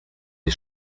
des